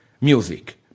music